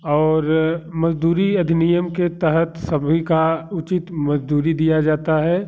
और मजदूरी अधिनियम के तहत सभी का उचित मजदूरी दिया जाता है